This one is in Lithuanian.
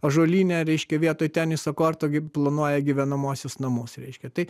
ąžuolyne reiškia vietoj teniso korto gi planuoja gyvenamuosius namus reiškia tai